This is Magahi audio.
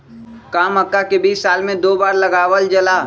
का मक्का के बीज साल में दो बार लगावल जला?